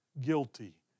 guilty